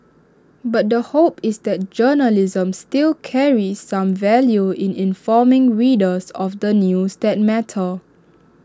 but the hope is that journalism still carries some value in informing readers of the news that matter